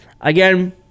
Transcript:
again